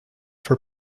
for